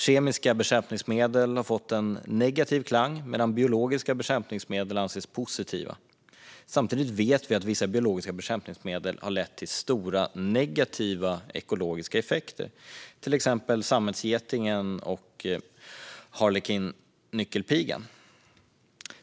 Kemiska bekämpningsmedel har fått en negativ klang, medan biologiska bekämpningsmedel anses positiva. Samtidigt vet vi att vissa biologiska bekämpningsmedel har lett till stora negativa ekologiska effekter, till exempel sammetsgetingen och harlekinnyckelpigan.